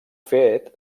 fet